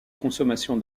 consommation